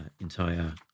entire